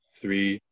three